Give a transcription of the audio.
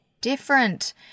different